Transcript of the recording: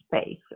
space